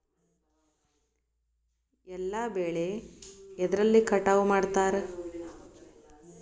ಎಲ್ಲ ಬೆಳೆ ಎದ್ರಲೆ ಕಟಾವು ಮಾಡ್ತಾರ್?